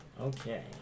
Okay